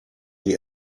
die